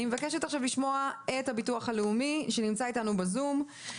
אני מבקשת עכשיו לשמוע את המוסד לביטוח לאומי שנמצא איתנו בזום.